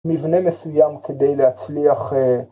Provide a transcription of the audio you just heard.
מבנה מסוים כדי להצליח.